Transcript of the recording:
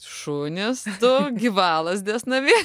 šunys du gyvalazdės namie